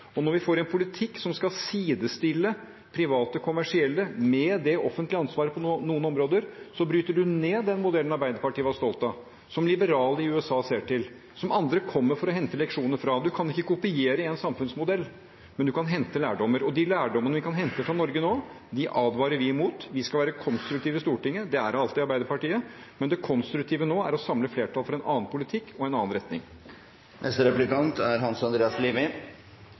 ansvar. Når vi får en politikk som sidestiller private kommersielle aktører med det offentlige ansvaret på noen områder, bryter man ned den modellen Arbeiderpartiet var stolt av, som liberale i USA ser til, og som andre kommer for å hente leksjoner fra. Man kan ikke kopiere en samfunnsmodell, men man kan hente lærdommer. De lærdommene man kan hente fra Norge nå, advarer vi mot. Vi skal være konstruktive i Stortinget, det er Arbeiderpartiet alltid, men det som er konstruktivt nå, er å samle et flertall for en annen politikk og en annen retning. Jeg registrerer at Arbeiderpartiet gjør seg til en varm forsvarer av den usosiale eiendomsskatten og er